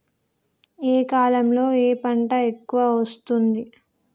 ఏ కాలంలో ఏ పంట ఎక్కువ వస్తోంది?